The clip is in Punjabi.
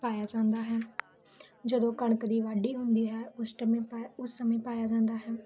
ਪਾਇਆ ਜਾਂਦਾ ਹੈ ਜਦੋਂ ਕਣਕ ਦੀ ਵਾਢੀ ਹੁੰਦੀ ਹੈ ਉਸ ਟੈਮ ਏ ਪਾਇਆ ਉਸ ਸਮੇਂ ਪਾਇਆ ਜਾਂਦਾ ਹੈ